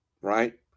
right